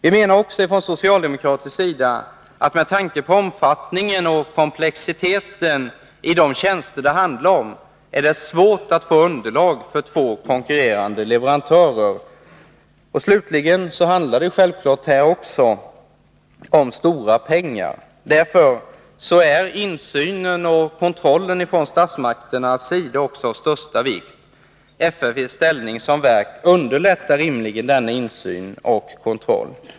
Vi menar också från socialdemokratisk sida att det med tanke på omfattningen och komplexiteten i de tjänster det handlar om är svårt att få underlag för två konkurrerande leverantörer. Slutligen handlar det självfallet här också om stora pengar. Därför är insynen och kontrollen från statsmakternas sida också av största vikt. FFV:s ställning som verk underlättar rimligen denna insyn och kontroll.